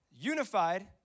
unified